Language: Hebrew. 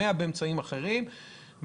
100 באמצעים אחרים,